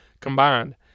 combined